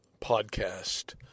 podcast